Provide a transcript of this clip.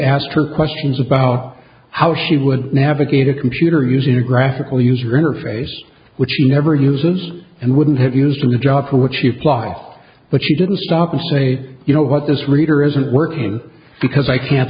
asked her questions about how she would navigate a computer using a graphical user interface which he never uses and wouldn't have used in the job for which he applied but she didn't stop and say you know what this reader isn't working because i can't